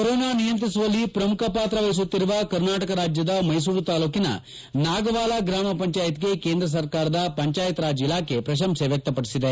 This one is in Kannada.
ಕೊರೋನಾ ನಿಯಂತ್ರಿಸುವಲ್ಲಿ ಪ್ರಮುಖ ಪಾತ್ರ ವಹಿಸುತ್ತಿರುವ ಕರ್ನಾಟಕ ರಾಜ್ಲದ ಮೈಸೂರು ತಾಲೂಕಿನ ನಾಗವಾಲ ಗ್ರಾಮ ಪಂಚಾಯತ್ಗೆ ಕೇಂದ್ರ ಸರ್ಕಾರದ ಪಂಚಾಯತ್ ರಾಜ್ ಇಲಾಖೆ ಪ್ರಶಂಸೆ ವ್ಯಕ್ತಪಡಿಸಿದೆ